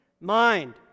mind